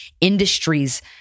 industries